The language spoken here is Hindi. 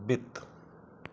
वित्त